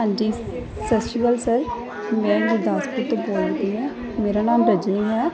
ਹਾਂਜੀ ਸਤਿ ਸ਼੍ਰੀ ਅਕਾਲ ਸਰ ਮੈਂ ਗੁਰਦਾਸਪੁਰ ਤੋਂ ਬੋਲਦੀ ਹਾਂ ਮੇਰਾ ਨਾਮ ਰਜਨੀ ਹੈ